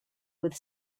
with